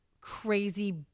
crazy